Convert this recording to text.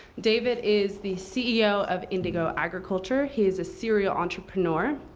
david is the ceo of indigo agriculture. he is a serial entrepreneur.